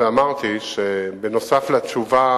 ואמרתי שנוסף על התשובה,